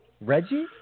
Reggie